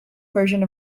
version